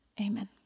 amen